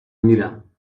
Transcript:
میرم